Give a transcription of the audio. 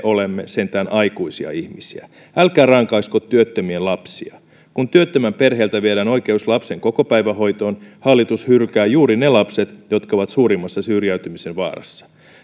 olemme sentään aikuisia ihmisiä älkää rankaisko työttömien lapsia kun työttömän perheeltä viedään oikeus lapsen kokopäivähoitoon hallitus hylkää juuri ne lapset jotka ovat suurimmassa syrjäytymisen vaarassa